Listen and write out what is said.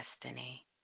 destiny